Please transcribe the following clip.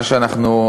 מה שאנחנו,